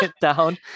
down